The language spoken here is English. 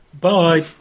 Bye